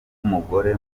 rw’umugore